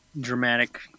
dramatic